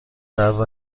درد